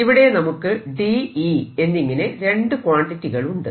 ഇവിടെ നമുക്ക് D E എന്നിങ്ങനെ രണ്ടു ക്വാണ്ടിറ്റികൾ ഉണ്ട്